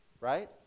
Right